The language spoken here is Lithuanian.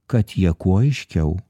kad jie kuo aiškiau